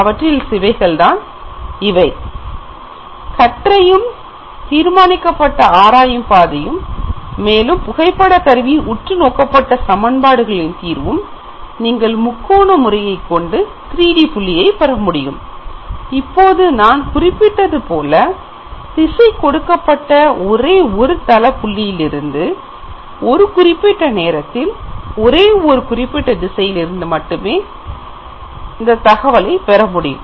இவற்றில் சில இவைகள்தான் கற்றையும் தீர்மானிக்கப்பட்ட ஆராயும் பாதையும் மேலும் புகைப்படக் கருவியின் உற்று நோக்கப்பட சமன்பாடுகளின் தீர்வும் நீங்கள் முக்கோண முறையை கொண்டு 3D புள்ளியை பெற முடியும் இப்பொழுது நான் குறிப்பிட்டதுபோல திசை கொடுக்கப்பட்ட ஒரே ஒரு தள புள்ளியிலிருந்து ஒரு குறிப்பிட்ட நேரத்தில் ஒரே ஒரு குறிப்பிட்ட திசையில் இருந்து மட்டுமே இந்த தத்துவத்தின் அடிப்படையில் தகவலைப் பெறமுடியும்